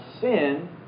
sin